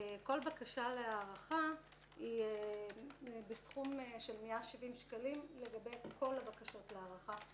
כל בקשה להארכה היא בסכום של 170 שקלים לגבי כל הבקשות להארכה,